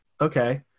okay